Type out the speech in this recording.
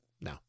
No